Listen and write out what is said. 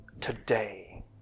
Today